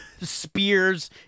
spears